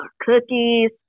cookies